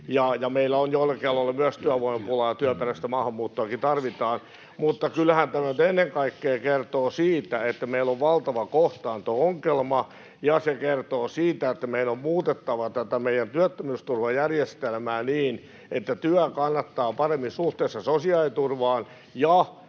meillä on joillakin aloilla myös työvoimapulaa, ja työperäistä maahanmuuttoakin tarvitaan. Mutta kyllähän tämä nyt ennen kaikkea kertoo siitä, että meillä on valtava kohtaanto- ongelma. Ja se kertoo siitä, että meidän on muutettava tätä meidän työttömyysturvajärjestelmää niin, että työ kannattaa paremmin suhteessa sosiaaliturvaan, ja